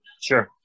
Sure